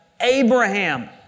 Abraham